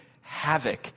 havoc